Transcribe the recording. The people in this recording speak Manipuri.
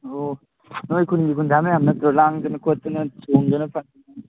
ꯑꯣ ꯅꯣꯏ ꯈꯨꯟꯒꯤ ꯈꯨꯟꯖꯥ ꯃꯌꯥꯝ ꯅꯠꯇ꯭ꯔꯣ ꯂꯥꯡꯗꯅ ꯈꯣꯠꯇꯅ ꯆꯣꯡꯗꯅ ꯐꯟꯗꯅ